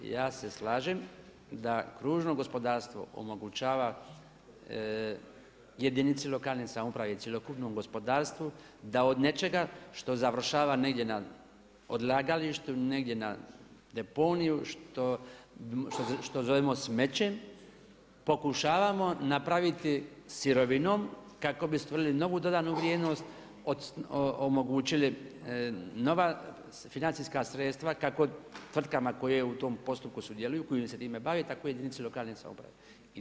Ja se slažem da kružno gospodarstvo omogućava jedinici lokalne samouprave i cjelokupnom gospodarstvu da od nečega što završava negdje na odlagalištu, negdje na deponiju što zovemo smećem pokušavamo napraviti sirovinom kako bi stvorili novu dodanu vrijednost, omogućili nova financijska sredstva kako tvrtkama koje u tom postupku sudjeluju koji se time bave tako i jedinici lokalne samouprave.